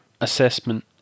assessment